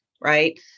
right